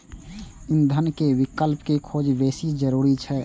ईंधन के विकल्प के खोज बेसी जरूरी छै